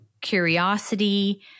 curiosity